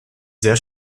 sehr